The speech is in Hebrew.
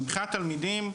מבחינת תלמידים,